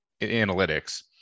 analytics